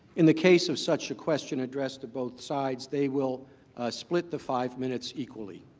in the case of such a question addressed to both sides, they will split the five minutes equally.